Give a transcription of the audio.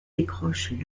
décroche